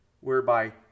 whereby